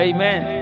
Amen